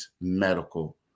Medical